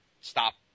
stop